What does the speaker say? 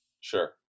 Sure